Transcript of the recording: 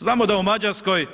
Znamo da u Mađarskoj